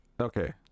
Okay